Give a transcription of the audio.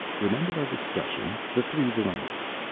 remember our discussion? the three varieties?